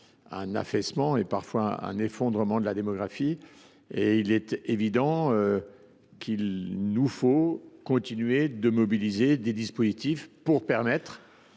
un affaissement et parfois un effondrement de la démographie. Il est évident que nous devons mobiliser des dispositifs pour permettre